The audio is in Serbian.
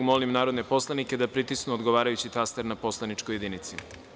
Molim narodne poslanike da pritisnu odgovarajući taster na poslaničkoj jedinici.